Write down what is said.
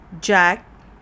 Jack